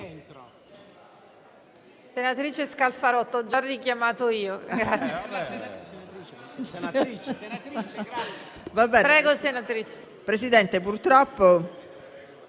Senatore Scalfarotto, ho già richiamato io.